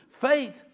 Faith